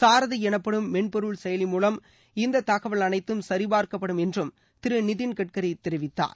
சாரதி எனப்படும் மென்பொருள் செயலி மூலம் இந்த தகவல் அனைத்தும் சிசார்க்கப்படும் என்றும் திரு நிதின்கட்கரி தெரிவித்தார்